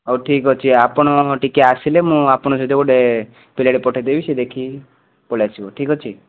ହଉ ଠିକ୍ ଅଛି ଆପଣ ଟିକେ ଆସିଲେ ମୁଁ ଆପଣଙ୍କ ସହିତ ଗୋଟେ ପିଲାଟେ ପଠାଇ ଦେବି ସେ ଦେଖିକି ପଳାଇ ଆସିବ ଠିକ୍ ଅଛି